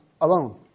alone